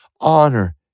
honor